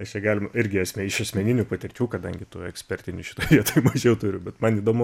nes čia galim irgi asm iš asmeninių patirčių kadangi tų ekspertinių šitoj vietoj mažiau turiu bet man įdomu